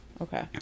okay